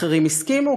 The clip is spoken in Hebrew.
אחרים הסכימו,